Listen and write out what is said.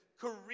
career